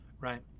right